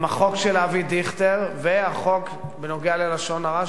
הם החוק של אבי דיכטר והחוק בנוגע ללשון הרע,